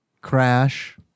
crash